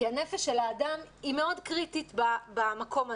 כי הנפש של האדם היא מאוד קריטית במקום הזה.